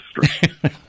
history